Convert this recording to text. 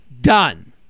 Done